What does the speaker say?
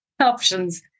options